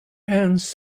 hands